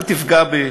אל תפגע בי,